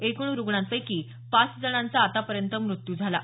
एकूण रूग्णांपैकी पाच जणांचा आतापर्यंत मृत्यू झाला आहे